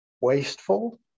Wasteful